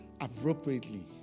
appropriately